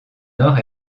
nord